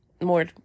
more